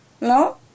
no